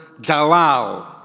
dalal